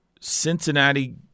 Cincinnati